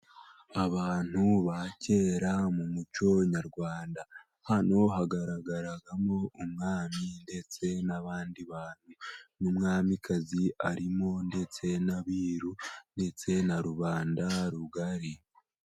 Abantu ba kera mu muco nyarwanda, hano hagaragaramo umwami ndetse n'abandi bantu n'umwamikazi arimo ndetse n'abiru ndetse na rubanda rugari.